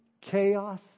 chaos